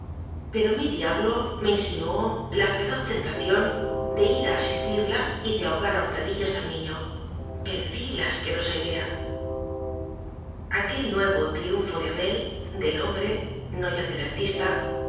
pero mi diablo me insinuó la feroz tentación de ir a asistirla y de ahogar a hurtadillas al niño vencí a la asquerosa idea aquel nuevo triunfo de abel del hombre no ya del artistael